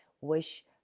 wish